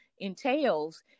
entails